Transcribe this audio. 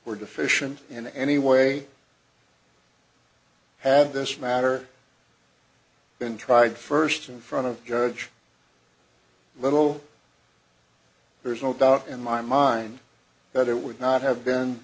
were deficient in any way had this matter been tried first in front of judge little there is no doubt in my mind that it would not have been